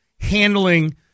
handling